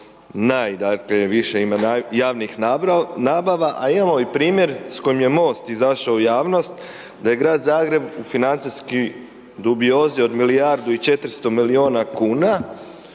najviše ima javnih nabava, a imamo i primjer s kojim je Most izašao u javnost, da je Grad Zagreb, u financijskoj dubiozi od milijardi i 400 milijuna kuna.